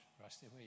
Rusty